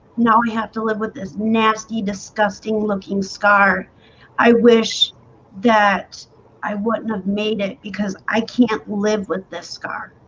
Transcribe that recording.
now we have to live with this nasty disgusting looking scar i wish that i wouldn't have made it because i can't live with this scar